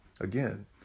Again